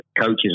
coaches